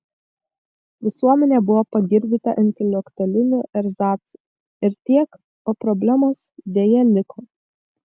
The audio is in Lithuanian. visuomenė buvo pagirdyta intelektualiniu erzacu ir tiek o problemos deja liko